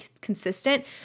consistent